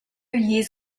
years